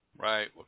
Right